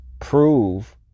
prove